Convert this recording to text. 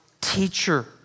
teacher